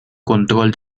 control